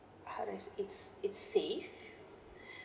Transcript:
how do I say is is safe